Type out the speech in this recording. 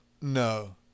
no